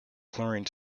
chlorine